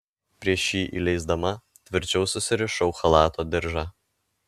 prieš jį įleisdama tvirčiau susirišau chalato diržą